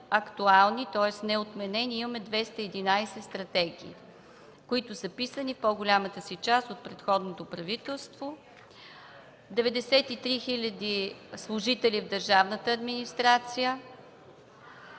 тоест неотменени, 211 стратегии, които са писани в по-голямата си част от предходното правителство, 93 хил. служители в държавната администрация,